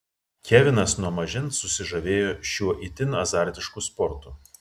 kevinas nuo mažens susižavėjo šiuo itin azartišku sportu